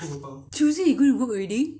tuesday you going to work already